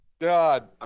God